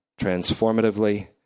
transformatively